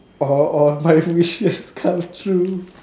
all all my wishes come true